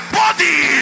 body